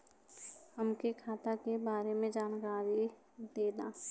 हमके खाता के बारे में जानकारी देदा?